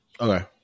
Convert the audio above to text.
Okay